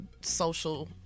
social